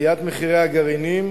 עליית מחירי הגרעינים